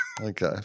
Okay